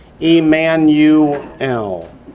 Emmanuel